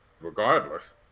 regardless